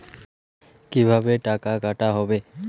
কিভাবে টাকা কাটা হবে?